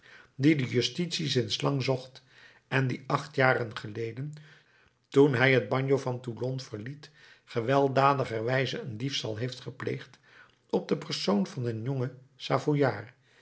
dien de justitie sinds lang zocht en die acht jaren geleden toen hij het bagno van toulon verliet gewelddadigerwijze een diefstal heeft gepleegd op den persoon van een jongen